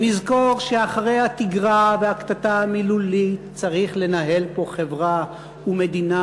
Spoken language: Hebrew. שנזכור שאחרי התגרה והקטטה המילולית צריך לנהל פה חברה ומדינה,